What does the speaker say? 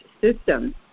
system